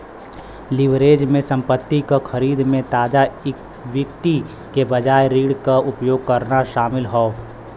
leverage में संपत्ति क खरीद में ताजा इक्विटी के बजाय ऋण क उपयोग करना शामिल हौ